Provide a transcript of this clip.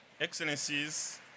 Excellencies